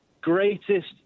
greatest